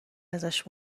ازش